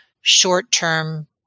short-term